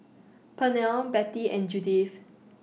Pernell Betty and Judyth